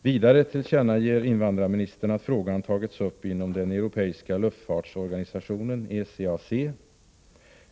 Vidare tillkännager invandrarministern att frågan tagits upp inom den europeiska luftfartsorganisationen ECAC.